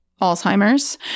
Alzheimer's